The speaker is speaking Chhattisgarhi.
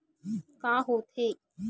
का होथे?